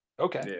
Okay